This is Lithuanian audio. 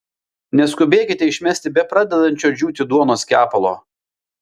neskubėkite išmesti bepradedančio džiūti duonos kepalo